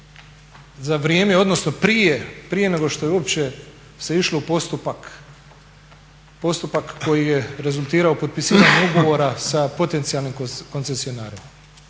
za vrijeme odnosno prije nego što se išlo u postupak koji je rezultirao potpisivanjem ugovora sa potencijalnim koncesionarima.